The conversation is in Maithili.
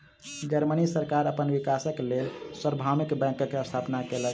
जर्मनी सरकार अपन विकासक लेल सार्वभौमिक बैंकक स्थापना केलक